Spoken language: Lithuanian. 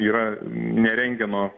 yra ne rentgeno